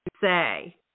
say